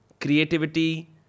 creativity